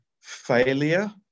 failure